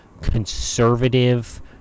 conservative